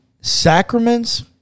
Sacraments